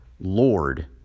Lord